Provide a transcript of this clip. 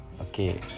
Okay